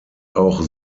auch